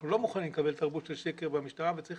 אנחנו לא מוכנים לקבל תרבות של שקר במשטרה וצריך